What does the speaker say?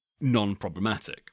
non-problematic